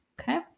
Okay